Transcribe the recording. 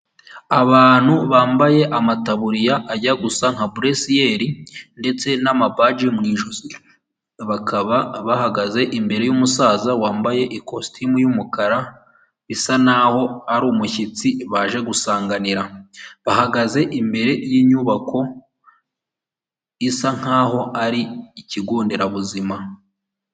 Abantu bambaye amataburiya ajya gusa nka bresiyeri ndetse n'amabaji mu ijosi, bakaba bahagaze imbere y’umusaza wambaye ikositimu y’umukara. Bisa naho ari umushyitsi baje gusanganira, bahagaze imbere y’inyubako isa nkaho ari ikigo nderabuzima.